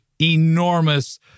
enormous